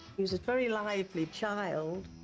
he was a very lively child.